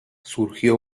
surgió